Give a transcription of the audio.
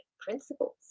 principles